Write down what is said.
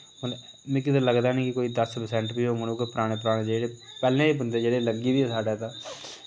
मतलब मिकी ते लगदा निं कि कोई दस परसेंट बी होंङन उ'यै पराने पराने जेह्ड़े पैह्लें दे बंदे जेह्ड़े लग्गी दे साढ़े तां